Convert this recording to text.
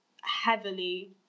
heavily